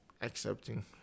accepting